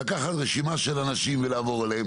לקחת רשימה של אנשים ולעבור עליה.